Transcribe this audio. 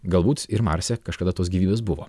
galbūt ir marse kažkada tos gyvybės buvo